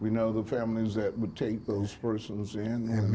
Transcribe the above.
we know the families that would take those persons and